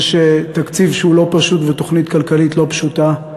יש תקציב שהוא לא פשוט ותוכנית כלכלית לא פשוטה,